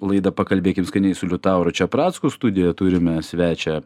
laida pakalbėkim skaniai su liutauru čepracku studijoje turime svečią